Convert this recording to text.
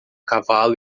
cavalo